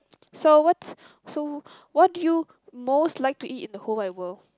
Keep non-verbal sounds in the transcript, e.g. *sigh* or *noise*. *noise* so what's so what do you most like to eat in the whole wide world